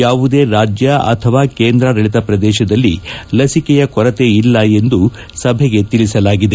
ಯಾವುದೇ ರಾಜ್ಯ ಅಥವಾ ಕೇಂದ್ರಾಡಳಿತ ಪ್ರದೇಶದಲ್ಲಿ ಲಸಿಕೆಯ ಕೊರತೆ ಇಲ್ಲ ಎಂದು ಸಭೆಗೆ ತಿಳಿಸಲಾಗಿದೆ